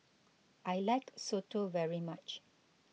I like Soto very much